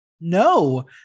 No